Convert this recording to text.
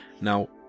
now